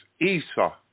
Esau